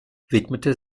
widmete